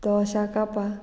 दोशा कापां